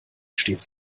stets